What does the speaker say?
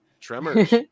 Tremors